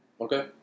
Okay